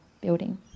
building